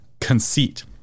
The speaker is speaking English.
conceit